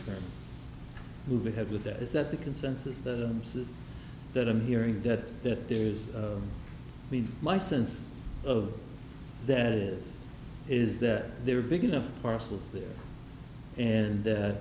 term move ahead with that is that the consensus that says that i'm hearing that that there is been my sense of that is is that there are big enough parcels there and